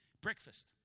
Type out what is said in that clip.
breakfast